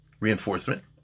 Reinforcement